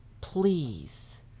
please